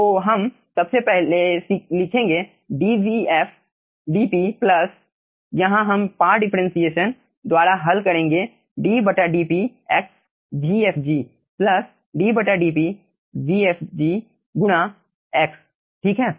तो हम सबसे पहले लिखेंगे dvf dp प्लस यहाँ हम पार्ट डिफ्रेंटिएशन द्वारा हल करेंगे ddp प्लस ddpvfg गुणा x ठीक है